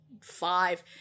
Five